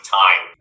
time